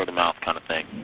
ah mouth kind of thing.